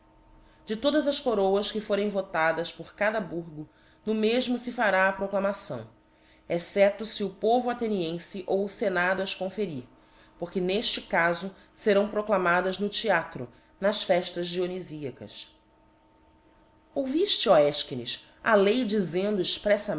cde todas as coroas que forem votadas por cada burgo no mefmo fe fará a proclamação excepto fe o povo athenienfe ou o fenado as conferir porque nefte caio ferâo proclamadas no theatro nas feftas diony íiacas ouvifte ó efchines a lei dizendo exprecfamente